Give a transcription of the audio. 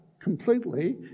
completely